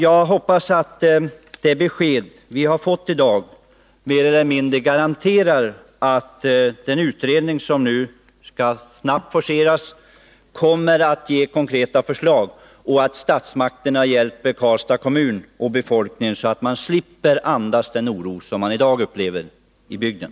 Jag hoppas att det besked som vi har fått i dag mer eller mindre garanterar att den utredning som nu snabbt skall forcera sitt arbete kommer att ge konkreta förslag och att statsmakterna hjälper Karlstads kommun och befolkningen, så att man slipper den oro som man i dag upplever i bygden.